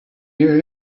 here